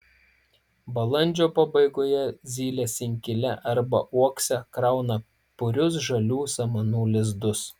balandžio pabaigoje zylės inkile arba uokse krauna purius žalių samanų lizdus